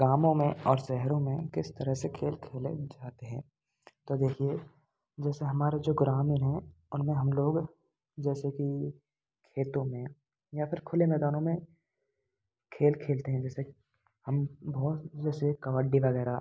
गावों में और शहरों में किस तरह से खेल खेलें जाते हैं तो देखिए जैसे हमारे जो ग्रामीण हैं उनमें हम लोग जैसे कि खेतों में या फिर खुले मैदानों में खेल खेलते हैं जैसे हम जैसे कबड्डी वगैरह